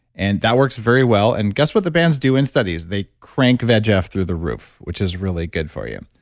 and that works very well. and guess what the bands do in studies? they crank vegf through the roof, which is really good for you.